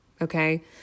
okay